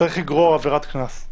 צריך לגרור עבירת קנס.